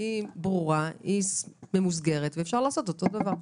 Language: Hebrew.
היא ברורה, היא ממוסגרת ואפשר לעשות אותו הדבר.